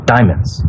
Diamonds